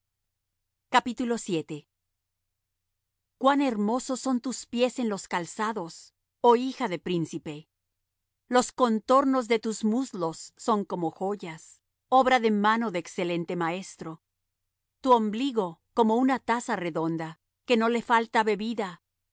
dos campamentos cuan hermosos son tus pies en los calzados oh hija de príncipe los contornos de tus muslos son como joyas obra de mano de excelente maestro tu ombligo como una taza redonda que no le falta bebida